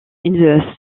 une